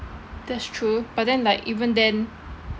that's true but then like even then